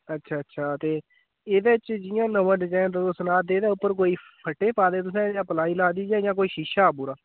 अच्छा अच्छा ते एह्दे च जियां नमां डिजाइन तुस सनाऽ दे ते उप्पर कोई फट्टे पाए दे तुसें जां प्लाई लाई दी जां शीशा पूरा